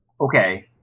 okay